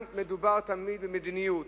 מדובר תמיד במדיניות,